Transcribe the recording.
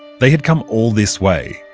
they had come all this way,